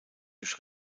durch